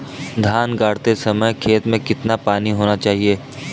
धान गाड़ते समय खेत में कितना पानी होना चाहिए?